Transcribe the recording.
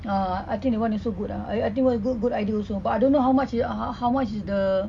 err I think that [one] is also good ah I I think good good idea also but I don't know how much how how much is the